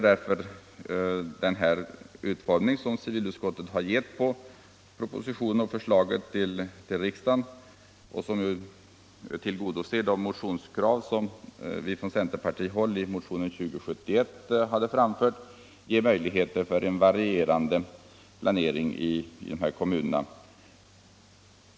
Den utformning som civilutskottet gett propositionsförslaget tillgodoser de krav som vi från centerpartihåll framfört i motionen 2071, och den ger möjligheter till en varierande planering i de här kommunerna.